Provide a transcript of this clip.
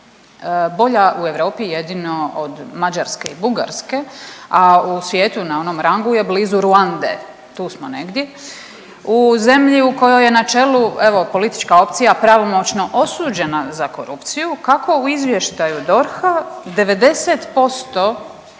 bolja u Europi jedino od Mađarske i Bugarske, a u svijetu na onom rangu je blizu Ruande, tu smo negdi, u zemlji u kojoj je na čelu evo politička opcija pravomoćno osuđena za korupciju, kako u izvještaju DORH-a 90%,